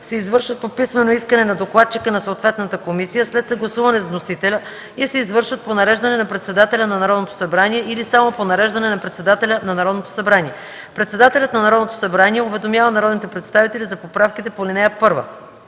се извършват по писмено искане на докладчика на съответната комисия, след съгласуване с вносителя и се извършват по нареждане на председателя на Народното събрание или само по нареждане на председателя на Народното събрание. (2) Председателят на Народното събрание уведомява народните представители за поправките по ал. 1.